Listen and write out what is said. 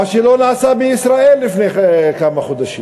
מה שלא נעשה בישראל לפני כמה חודשים,